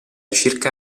circa